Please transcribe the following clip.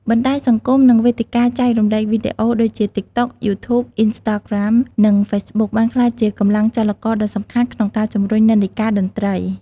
បណ្ដាញសង្គម និងវេទិកាចែករំលែកវីដេអូដូចជា TikTok, YouTube, Instagram និង Facebook បានក្លាយជាកម្លាំងចលករដ៏សំខាន់ក្នុងការជំរុញនិន្នាការតន្ត្រី។